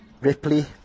Ripley